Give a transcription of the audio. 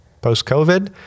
post-COVID